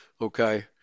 Okay